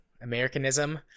americanism